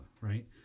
right